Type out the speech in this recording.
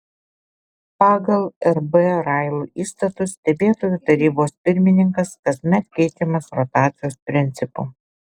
pagal rb rail įstatus stebėtojų tarybos pirmininkas kasmet keičiamas rotacijos principu